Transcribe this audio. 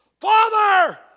Father